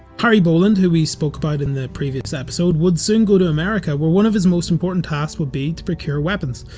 harry boland, who we spoke about in the previous episode, would soon go to america where one of his most important tasks would be to procure weapons.